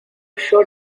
show